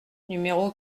numéro